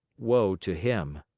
woe to him!